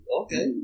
okay